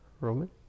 Roman